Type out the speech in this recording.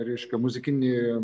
reiškia muzikinį ir